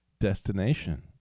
destination